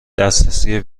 دسترسی